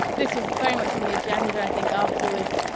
this was very much on the agenda, i think afterwards,